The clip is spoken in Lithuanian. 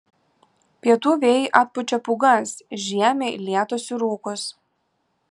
pietų vėjai atpučia pūgas žiemiai lietus ir rūkus